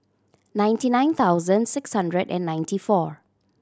ninety nine thousand six hundred and ninety four